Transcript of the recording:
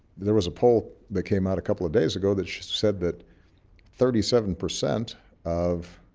there was a poll that came out a couple of days ago that said that thirty seven percent of